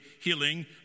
healing